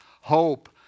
Hope